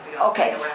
Okay